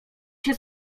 się